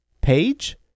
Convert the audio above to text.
page